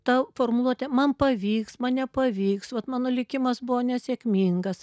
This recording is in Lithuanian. ta formuluotė man pavyks man nepavyks vat mano likimas buvo nesėkmingas